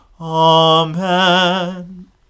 Amen